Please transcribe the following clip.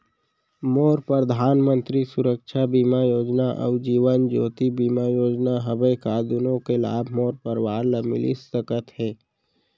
मोर परधानमंतरी सुरक्षा बीमा योजना अऊ जीवन ज्योति बीमा योजना हवे, का दूनो के लाभ मोर परवार ल मिलिस सकत हे?